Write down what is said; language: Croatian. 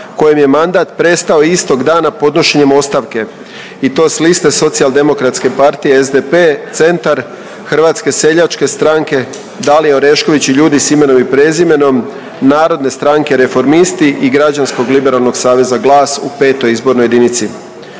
kojem je mandat prestao istog dana podnošenjem ostavke i to s liste Socijaldemokratske partije SDP, Centar, Hrvatske seljačke stranke, Dalija Orešković i ljudi s imenom i prezimenom, Narodne stranke reformisti i Građansko-liberalnog saveza GLAS u 5. izbornoj jedinici.